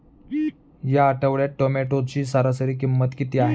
या आठवड्यात टोमॅटोची सरासरी किंमत किती आहे?